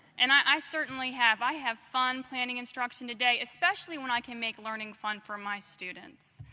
and i certainly have. i have fun planning instruction today, especially when i can make learning fun for my students.